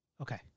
Okay